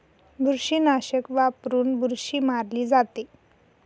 बुरशीनाशक वापरून बुरशी मारली जाते